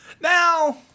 Now